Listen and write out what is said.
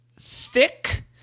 thick